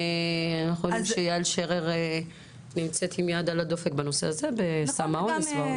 אנחנו יודעים שיעל שרר נמצאת עם היד על הדופק בנושא הזה עם סם האונס.